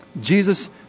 Jesus